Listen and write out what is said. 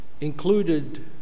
included